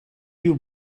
you